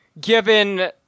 given